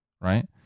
right